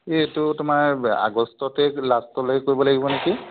এইটো তোমাৰ আগষ্টতে লাষ্টলৈ কৰিব লাগিব নেকি